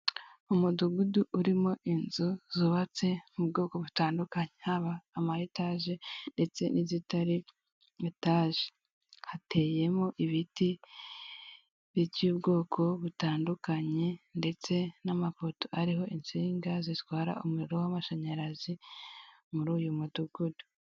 Umudugudu urimo inzu zubatse mu bwoko butandukanye haba ama etaje ndetse ntiz'itari etaje, hateyemo ibiti by'ubwoko butandukanye ndetse n'amapoto ariho insinga zitwara amashanyarazi muri uyu mudugudu.